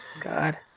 God